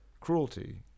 cruelty